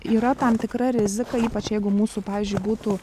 yra tam tikra rizika ypač jeigu mūsų pavyzdžiui būtų